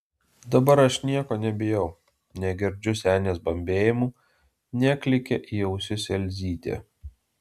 dabar aš nieko nebijau negirdžiu senės bambėjimų neklykia į ausis elzytė